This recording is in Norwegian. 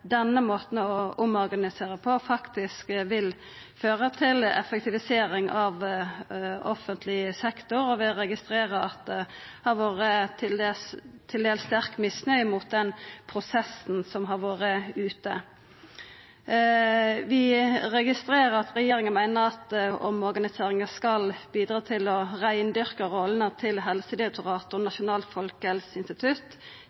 denne måten å omorganisera på faktisk vil føra til effektivisering av offentleg sektor, og vi registrerer at det har vore til dels sterk misnøye med den prosessen som har vore ute. Vi registrerer at regjeringa meiner at omorganiseringa skal bidra til å reindyrka rolla til Helsedirektoratet og